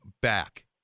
back